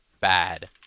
bad